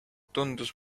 tundus